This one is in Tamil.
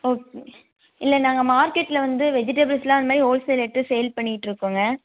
ஓகே இல்லை நாங்கள் மார்கெட்டில் வந்து வெஜிடேபிள்ஸ் எல்லாம் அந்தமாரி ஹோல்சேல் எடுத்து சேல் பண்ணியிட்டுருக்கோங்க